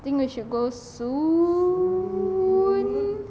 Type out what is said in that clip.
I think we should go soon